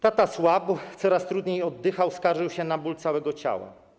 Tata słabł, coraz trudniej oddychał, skarżył się na ból całego ciała.